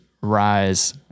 rise